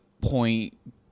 point